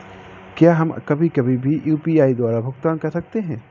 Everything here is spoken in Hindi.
क्या हम कभी कभी भी यू.पी.आई द्वारा भुगतान कर सकते हैं?